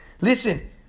Listen